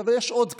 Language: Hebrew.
אבל יש עוד כמה.